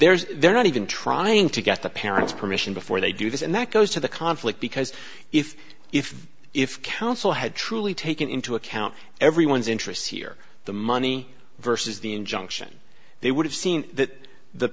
there's they're not even trying to get the parents permission before they do this and that goes to the conflict because if if if counsel had truly taken into account everyone's interests here the money versus the injunction they would have seen that the